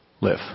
live